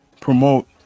Promote